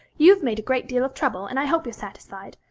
you've made a great deal of trouble, and i hope you're satisfied.